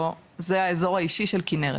זה האזור האישי של כנרת.